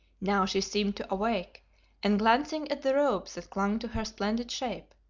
now she seemed to awake and, glancing at the robes that clung to her splendid shape,